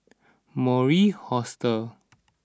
Mori Hostel